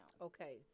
okay